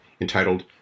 entitled